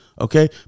Okay